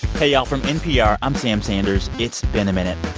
hey, y'all. from npr, i'm sam sanders, it's been a minute.